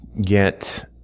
get